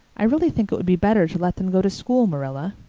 i really think it would be better to let them go to school, marilla.